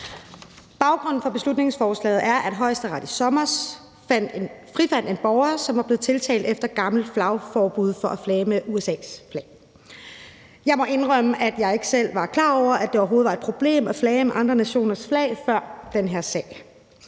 Baggrunden for beslutningsforslaget er, at Højesteret i sommer frifandt en borger, som efter et gammelt flagforbud var blevet tiltalt for at flage med USA's flag. Jeg må indrømme, at jeg ikke selv var klar over, at det overhovedet var et problem at flage med andre nationers flag før den her sag.